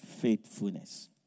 faithfulness